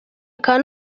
akaba